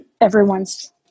everyone's